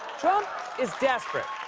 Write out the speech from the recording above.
trump is desperate.